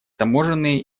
таможенные